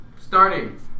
Starting